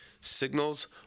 signals